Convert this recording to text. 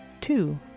Two